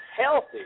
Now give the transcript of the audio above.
healthy